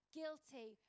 guilty